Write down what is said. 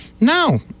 no